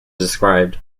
described